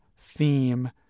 theme